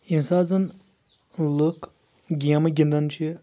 ییٚمہِ ساتہٕ زَن لُکھ گیمہٕ گِنٛدان چھِ